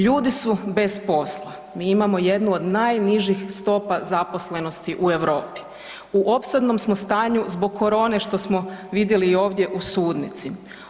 Ljudi su bez posla, mi imamo jednu od najniži stopa zaposlenosti u Europi, u opasnom smo stanju zbog korone što smo vidjeli i u ovdje u sudnici.